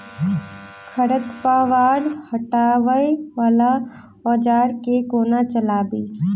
खरपतवार हटावय वला औजार केँ कोना चलाबी?